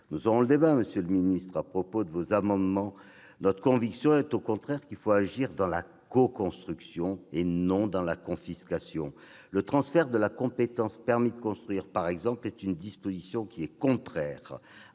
nous aurons ce débat à propos de vos amendements. Notre conviction est qu'il faut agir dans la coconstruction et non dans la confiscation. Le transfert de la compétence « permis de construire », par exemple, est une disposition qui est contraire